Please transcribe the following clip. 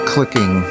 Clicking